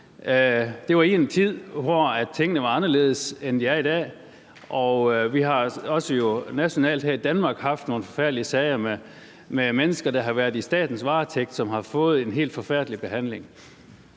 Det var i en tid, hvor tingene var anderledes, end de er i dag, og vi har jo også nationalt her i Danmark haft nogle forfærdelige sager med mennesker, der har været i statens varetægt, som har fået en helt forfærdelig behandling.